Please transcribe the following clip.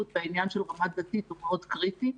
והעניין של רמה דתית הוא מאוד קריטי,